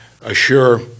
assure